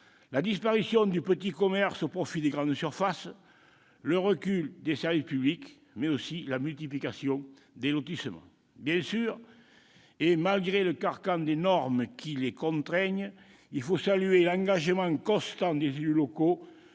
la disparition du petit commerce au profit des grandes surfaces, le recul des services publics, mais aussi la multiplication des lotissements. Bien sûr, et malgré le carcan des normes qui les contraignent, il faut saluer l'engagement constant des élus locaux